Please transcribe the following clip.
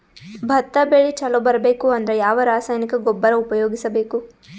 ಭತ್ತ ಬೆಳಿ ಚಲೋ ಬರಬೇಕು ಅಂದ್ರ ಯಾವ ರಾಸಾಯನಿಕ ಗೊಬ್ಬರ ಉಪಯೋಗಿಸ ಬೇಕು?